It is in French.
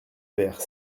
vert